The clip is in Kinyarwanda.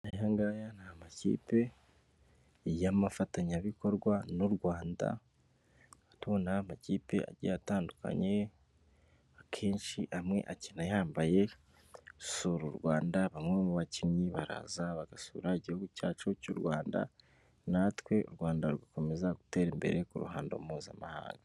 Aya ngaya ni amakipe y'amafatanyabikorwa n'u Rwanda, tubona amakipe agiye atandukanye, akenshi amwe akina yambaye sura u Rwanda. Bamwe mu bakinnyi baraza bagasura igihugu cyacu cy'u Rwanda, natwe u Rwanda rugakomeza gutera imbere ku ruhando mpuzamahanga.